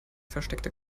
versteckte